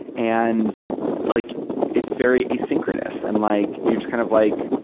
and like it's very asynchronous and like you just kind of like,